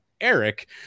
Eric